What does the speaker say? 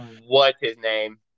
what's-his-name